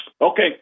Okay